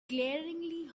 glaringly